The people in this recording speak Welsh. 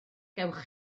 gewch